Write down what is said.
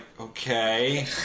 Okay